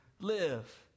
live